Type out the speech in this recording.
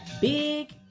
big